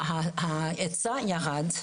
ההיצע ירד,